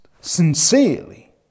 sincerely